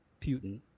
Putin